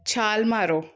ਛਾਲ ਮਾਰੋ